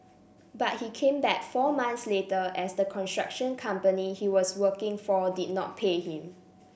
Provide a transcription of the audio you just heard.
but he came back four months later as the construction company he was working for did not pay him